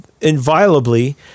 Inviolably